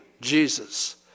Jesus